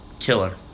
killer